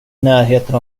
närheten